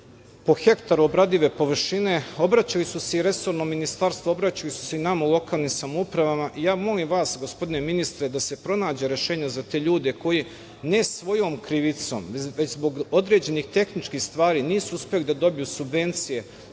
po hektaru obradive površine. Obraćali su i resornom ministarstvu, obraćali su se i nama u lokalnim samoupravama i ja molim vas, gospodine ministre, da se pronađe rešenje za te ljude koji ne svojom krivicom, već zbog određenih tehničkih stvari nisu uspeli da dobiju subvencije